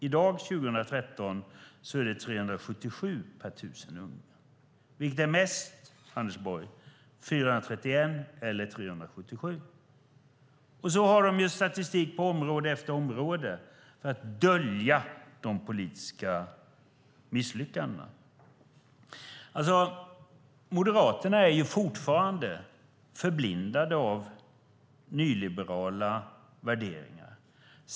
I dag, 2013, är det 377 per 1 000 ungdomar. Vilket är mest, Anders Borg, 431 eller 377? Så har ni statistik på område efter område för att dölja de politiska misslyckandena. Moderaterna är fortfarande förblindade av nyliberala värderingar.